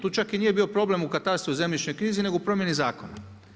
Tu čak i nije bio problem u katastru zemljišne knjizi, nego u promjeni zakona.